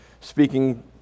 speaking